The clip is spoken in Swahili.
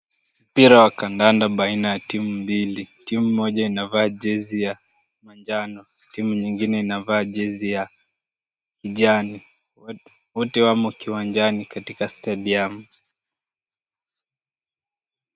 Mpira wa kandanda baina ya timu mbili. Timu moja inavaa jezi ya manjano. Timu nyingine inavaa jezi ya kijani. Wote wamo kiwanjani katika stadium .